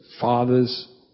father's